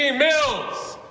ah mills.